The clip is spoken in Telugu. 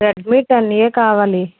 రెడ్మీ టెన్ ఏ కావాలి